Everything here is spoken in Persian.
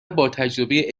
باتجربه